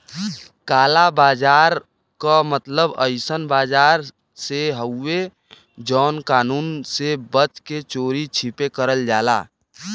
काला बाजार क मतलब अइसन बाजार से हउवे जौन कानून से बच के चोरी छिपे करल जाला